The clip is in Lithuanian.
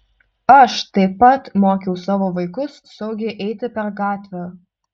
aš taip pat mokiau savo vaikus saugiai eiti per gatvę